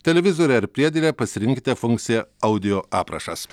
televizoriuje ar priedėlyje pasirinkite funkciją audio aprašas